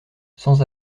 sans